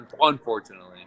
unfortunately